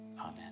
amen